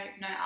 no